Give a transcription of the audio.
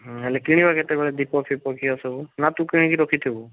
ହଁ ହେଲେ କିଣିବା କେତେବେଳେ ଦୀପ ଫିପ ଘିଅ ସବୁ ନା ତୁ କିଣିକି ରଖିଥିବୁ